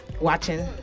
watching